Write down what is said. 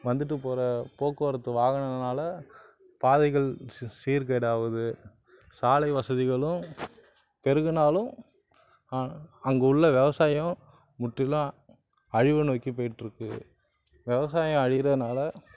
வந்துட்டு போற போக்குவரத்து வாகனனால பாதைகள் சீர்கேடு ஆகுது சாலை வசதிகளும் பெருகுனாலும் அங்கே உள்ள வெவசாயம் முற்றிலும் அழிவை நோக்கி போய்ட்ருக்கு வெவசாயம் அழிகிறனால